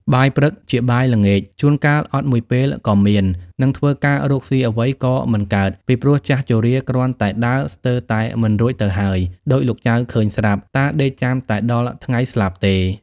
បាយព្រឹកជាបាយល្ងាចជួនកាលអត់មួយពេលក៏មាន នឹងធ្វើការរកស៊ីអ្វីក៏មិនកើតពីព្រោះចាស់ជរាគ្រាន់តែដើរស្ទើរតែមិនរួចទៅហើយ ដូចលោកចៅឃើញស្រាប់ តាដេកចាំតែដល់ថ្ងៃស្លាប់ទេ ” ។